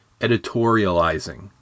editorializing